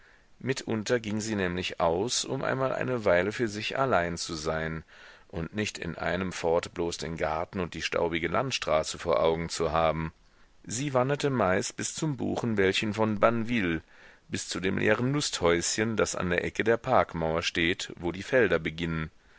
mitunter ging sie nämlich aus um einmal eine weile für sich allein zu sein und nicht in einem fort bloß den garten und die staubige landstraße vor augen zu haben sie wanderte meist bis zum buchenwäldchen von banneville bis zu dem leeren lusthäuschen das an der ecke der parkmauer steht wo die felder beginnen